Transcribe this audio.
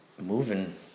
moving